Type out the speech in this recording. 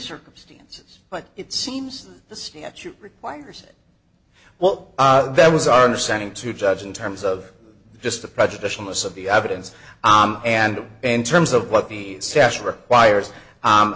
circumstances but it seems the statute requires well there was our understanding to judge in terms of just the prejudicial most of the evidence and in terms of what the sash require